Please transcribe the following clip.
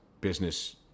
business